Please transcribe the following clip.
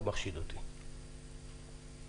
אותי